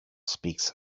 speaks